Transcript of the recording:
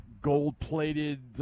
gold-plated